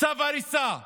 צו הריסה.